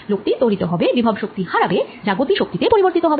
লোক টি ত্বরিত হবে বিভব শক্তি হারাবে যা গতি শক্তি তে পরিবর্তিত হবে